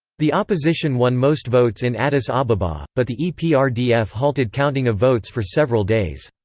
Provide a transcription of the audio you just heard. the opposition won most votes in addis ababa, but the eprdf halted counting of votes for several days.